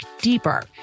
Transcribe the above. deeper